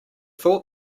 thought